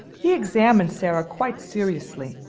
he examined sara quite seriously,